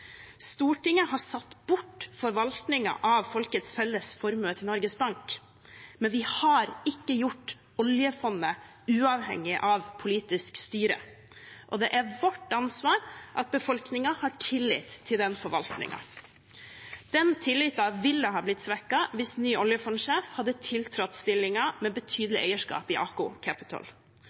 Stortinget har satt bort forvaltningen av folkets felles formue til Norges Bank, men vi har ikke gjort oljefondet uavhengig av politisk styre, og det er vårt ansvar at befolkningen har tillit til den forvaltningen. Den tilliten ville ha blitt svekket hvis den nye oljefondsjefen hadde tiltrådt stillingen med betydelig eierskap i